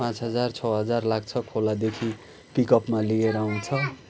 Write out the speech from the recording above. पाँच हजार छ हजार लाग्छ खोलादेखि पिकअपमा लिएर आउँछ